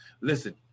listen